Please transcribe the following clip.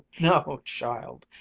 no, child,